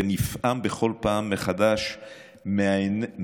ונפעם בכל פעם מחדש מהאנרגיות